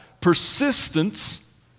persistence